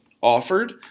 offered